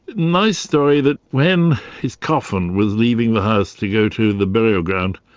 my story that when his coffin was leaving the house to go to the burial ground,